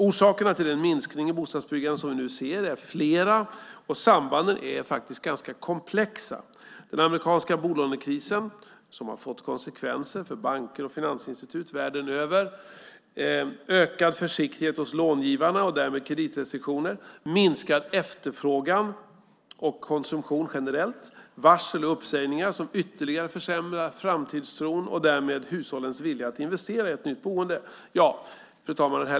Orsakerna till den minskning i bostadsbyggandet som vi nu ser är flera, och sambanden är ganska komplexa: den amerikanska bolånekrisen, som har fått konsekvenser för banker och finansinstitut världen över, ökad försiktighet hos långivarna och därmed kreditrestriktioner, minskad efterfrågan och konsumtion generellt samt varsel och uppsägningar som ytterligare försämrar framtidstron och därmed hushållens vilja att investera i ett nytt boende. Fru talman!